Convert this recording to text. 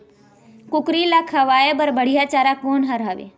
कुकरी ला खवाए बर बढीया चारा कोन हर हावे?